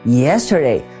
yesterday